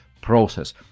process